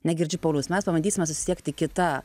negirdžiu pauliaus mes pabandysime susisiekti kita